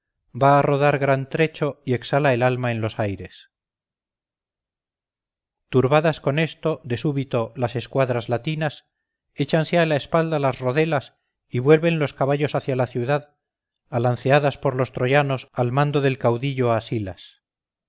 va a rodar gran trecho y exhala el alma en los aires turbadas con esto de súbito las escuadras latinas échanse a la espalda las rodelas y revuelven los caballos hacia la ciudad alanceadas por los troyanos al mando del caudillo asilas